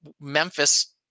Memphis